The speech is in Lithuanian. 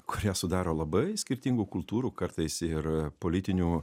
kurią sudaro labai skirtingų kultūrų kartais ir politinių